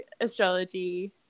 astrology